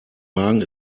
wagen